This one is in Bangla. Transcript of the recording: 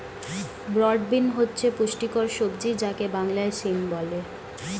ব্রড বিন হচ্ছে পুষ্টিকর সবজি যাকে বাংলায় সিম বলে